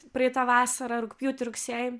praeitą vasarą rugpjūtį rugsėjį